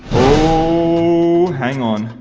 ooooooh! hang on.